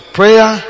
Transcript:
prayer